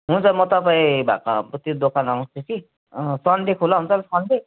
हुन्छ म तपाईँ भएको त्यो दोकान आउँछु कि सन्डे खुल्ला हुन्छ सन्डे